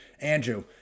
Andrew